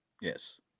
Yes